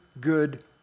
good